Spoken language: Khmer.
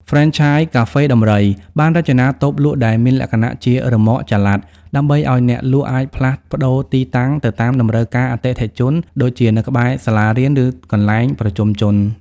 ហ្វ្រេនឆាយ កាហ្វេដំរី (Elephant Coffee) បានរចនាតូបលក់ដែលមានលក្ខណៈជា "រ៉ឺម៉កចល័ត" ដើម្បីឱ្យអ្នកលក់អាចផ្លាស់ប្តូរទីតាំងទៅតាមតម្រូវការអតិថិជន ដូចជានៅក្បែរសាលារៀន ឬកន្លែងប្រជុំជន។